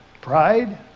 Pride